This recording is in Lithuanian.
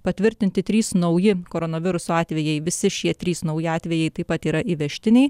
patvirtinti trys nauji koronaviruso atvejai visi šie trys nauji atvejai taip pat yra įvežtiniai